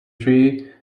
tree